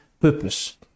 purpose